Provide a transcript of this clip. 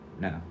No